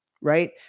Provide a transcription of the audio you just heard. right